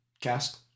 cast